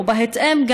ובהתאם,